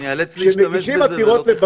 אני איאלץ להשתמש בפטיש.